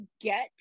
get